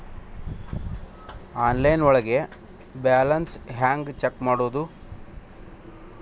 Online ಒಳಗೆ balance ಹ್ಯಾಂಗ check ಮಾಡೋದು?